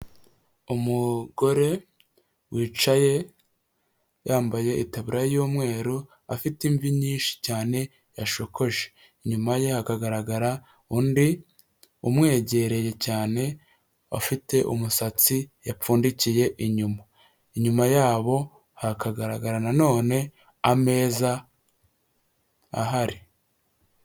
Umugore wicaye yambaye itaburiya y'umweru afite imvi nyinshi cyane yashokoje, inyuma ye hakagaragara undi umwegereye cyane ufite umusatsi yapfundikiye inyuma, inyuma yabo hakagaragara nanone ameza ahari.